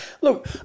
Look